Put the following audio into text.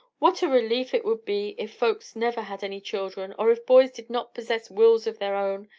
what a relief it would be if folks never had any children or if boys did not possess wills of their own!